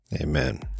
Amen